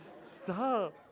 stop